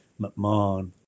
McMahon